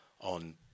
on